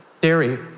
dairy